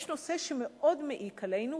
יש נושא שמאוד מעיק עלינו,